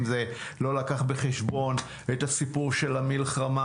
זה לא לקח בחשבון את הסיפור של המלחמה